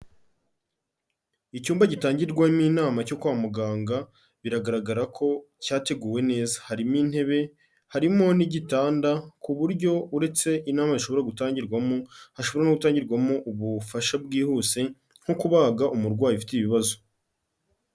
Icyumba gitangirwamo inama cyo kwa muganga, biragaragara ko cyateguwe neza. Harimo intebe, harimo n'igitanda ku buryo uretse inama zishobora gutangirwamo, hashobora no kutangirwamo ubufasha bwihuse nko kubaga umurwayi ufite ibibazo.